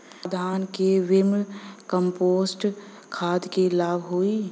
का धान में वर्मी कंपोस्ट खाद से लाभ होई?